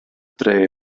dre